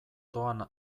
doan